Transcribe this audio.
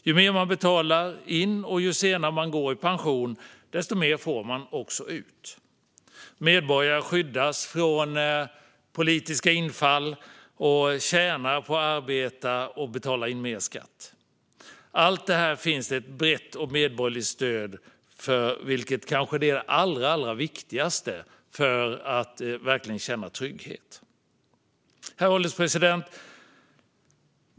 Ju mer man betalar in och ju senare man går i pension, desto mer får man ut. Medborgarna skyddas mot politiska infall och tjänar på att arbeta och betala in mer skatt. Allt detta finns det ett brett medborgerligt stöd för, vilket kanske är det allra viktigaste för att verkligen känna trygghet. Herr ålderspresident!